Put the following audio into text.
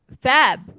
Fab